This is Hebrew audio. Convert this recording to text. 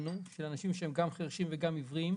לצערנו של אנשים שהם גם חירשים וגם עיוורים.